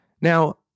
Now